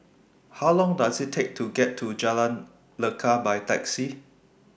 How Long Does IT Take to get to Jalan Lekar By Taxi